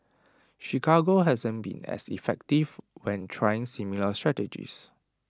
Chicago hasn't been as effective when trying similar strategies